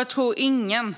Jag tror inte att någon